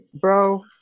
Bro